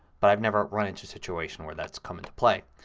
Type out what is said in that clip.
but i've never run into a situation where that's come into play.